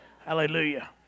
hallelujah